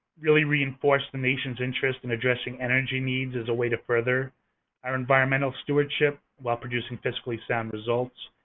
really reinforced the nation's interest in addressing energy needs as a way to further our environmental stewardship while producing fiscally sound results.